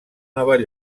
nova